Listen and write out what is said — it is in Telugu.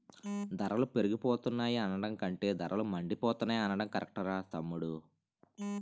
ధరలు పెరిగిపోతున్నాయి అనడం కంటే ధరలు మండిపోతున్నాయ్ అనడం కరెక్టురా తమ్ముడూ